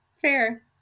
Fair